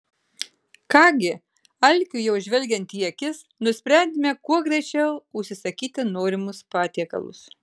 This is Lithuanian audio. ką gi alkiui jau žvelgiant į akis nusprendėme kuo greičiau užsisakyti norimus patiekalus